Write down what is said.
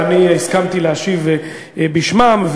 ואני הסכמתי להשיב בשמם.